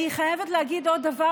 אני חייבת להגיד עוד דבר,